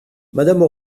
madame